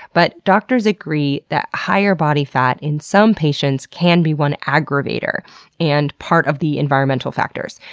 but doctors agree that higher body fat in some patients can be one aggravator and part of the environmental factors.